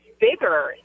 bigger